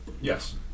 Yes